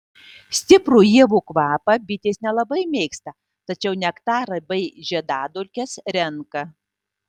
stiprų ievų kvapą bitės nelabai mėgsta tačiau nektarą bei žiedadulkes renka